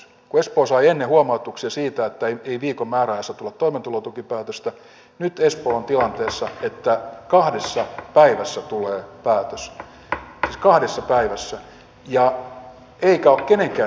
kun espoo sai ennen huomautuksia siitä että ei viikon määräajassa tule toimeentulotukipäätöstä nyt espoo on tilanteessa että kahdessa päivässä tulee päätös siis kahdessa päivässä eikä se ole kenenkään selkänahasta pois